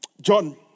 John